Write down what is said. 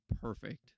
perfect